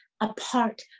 apart